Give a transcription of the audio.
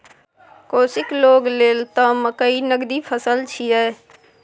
कोशीक लोग लेल त मकई नगदी फसल छियै